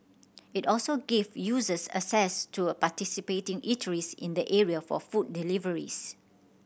it also gives users access to participating eateries in the area for food deliveries